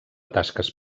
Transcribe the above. tasques